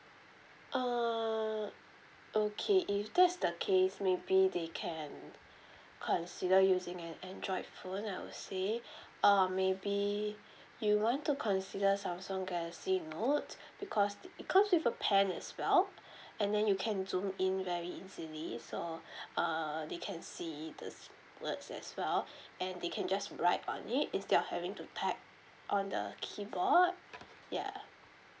uh okay if that's the case maybe they can consider using an android phone I would say um maybe you want to consider samsung galaxy note because it it comes with a pen as well and then you can zoom in very easily so uh they can see the words as well and they can just write on it instead of having to type on the keyboard ya